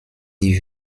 die